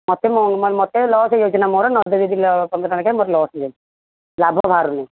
ମୋତେ ମତେ ମୋର ଲସ୍ ହୋଇଯାଉଛି ନା ମୋର ନଦେଲେ ମୋର ପନ୍ଦରଟଙ୍କା ଲସ୍ ହୋଇଯାଉଛି ଲେଖାଏଁ ଲାଭ ବାହାରୁନି